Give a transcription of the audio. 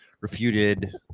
refuted